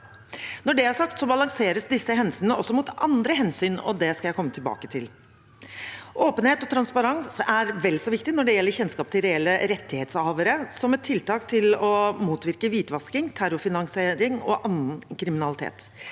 Når det er sagt, balanseres disse hensynene også mot andre hensyn, og det skal jeg komme tilbake til. Åpenhet og transparens er vel så viktig når det gjelder kjennskap til reelle rettighetshavere, som et tiltak for å motvirke hvitvasking, terrorfinansiering og annen kriminalitet.